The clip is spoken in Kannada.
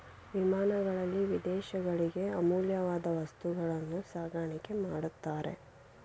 ವಿಮಾನಗಳಲ್ಲಿ ವಿದೇಶಗಳಿಗೆ ಅಮೂಲ್ಯವಾದ ವಸ್ತುಗಳನ್ನು ಸಾಗಾಣಿಕೆ ಮಾಡುತ್ತಾರೆ